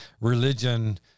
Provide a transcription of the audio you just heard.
religion